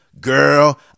Girl